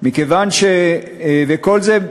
וכל זה,